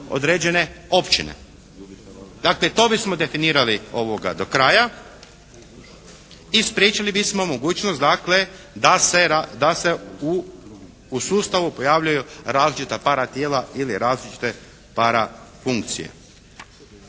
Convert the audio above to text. određene općine. Dakle to bismo definirali do kraja i spriječili bismo mogućnost dakle da se, da se u sustavu pojavljuju različita paratijela ili različite parafunkcije.